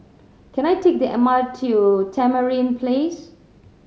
can I take the M R T to Tamarind Place